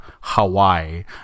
Hawaii